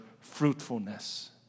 fruitfulness